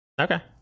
Okay